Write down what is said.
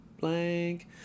blank